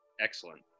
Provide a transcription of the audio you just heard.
Excellent